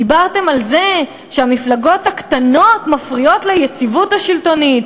דיברתם על זה שהמפלגות הקטנות מפריעות ליציבות השלטונית,